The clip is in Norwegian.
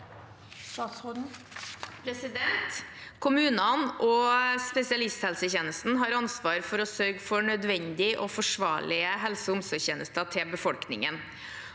Kommunene og spesialisthelsetjenesten har ansvar for å sørge for nødvendige og forsvarlige helse- og omsorgstjenester til befolkningen,